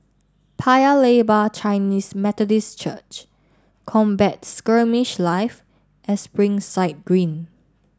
Paya Lebar Chinese Methodist Church Combat Skirmish Live and Springside Green